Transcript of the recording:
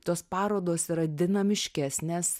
tos parodos yra dinamiškesnės